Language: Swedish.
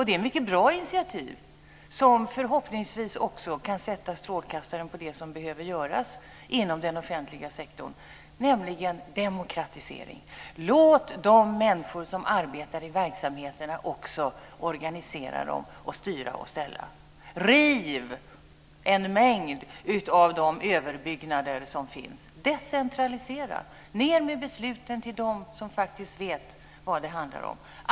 Det är mycket bra initiativ som förhoppningsvis också kan sätta strålkastaren på det som behöver göras inom den offentliga sektorn, nämligen en demokratisering. Låt de människor som arbetar i verksamheterna också organisera dem och styra och ställa. Riv en mängd av de överbyggnader som finns. Decentralisera! Ned med besluten till dem som faktiskt vet vad det handlar om!